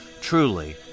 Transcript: Truly